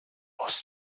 was